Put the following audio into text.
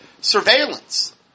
surveillance